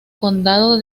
condado